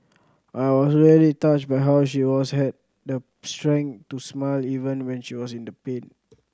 I was really touched by how she always had the strength to smile even when she was in the pain